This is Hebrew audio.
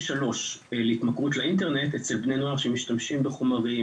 שלוש להתמכרות שלאינטרנט אצל בני נוער שמשתמשים בחומרים,